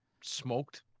smoked